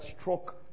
struck